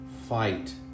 fight